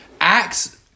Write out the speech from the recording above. Acts